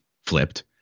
flipped